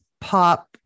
pop